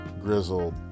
grizzled